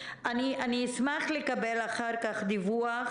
אשמח לקבל אחר כך דיווח